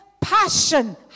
passion